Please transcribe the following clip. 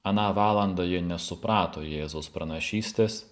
aną valandą ji nesuprato jėzaus pranašystės